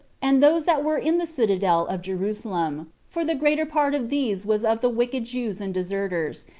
and those that were in the citadel of jerusalem, for the greater part of these was of the wicked jews and deserters,